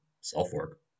self-work